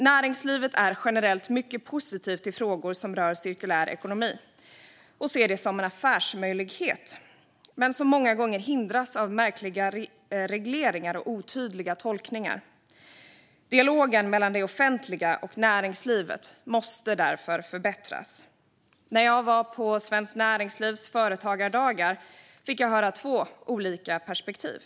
Näringslivet är generellt mycket positivt till frågor som rör cirkulär ekonomi och ser det som en affärsmöjlighet. Många gånger hindras den dock av märkliga regleringar och otydliga tolkningar. Dialogen mellan det offentliga och näringslivet måste därför förbättras. När jag var på Svenskt Näringslivs Företagardagarna fick jag höra två olika personers perspektiv.